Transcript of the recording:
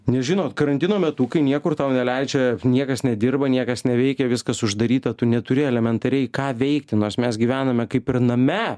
nes žinot karantino metu kai niekur tau neleidžia niekas nedirba niekas neveikia viskas uždaryta tu neturi elementariai ką veikti nors mes gyvename kaip ir name